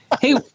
hey